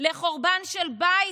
לחורבן של בית.